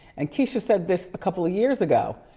and keyshia said this a couple of years ago.